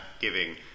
giving